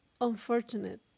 unfortunate